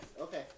Okay